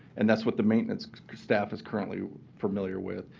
and that's what the maintenance staff is currently familiar with.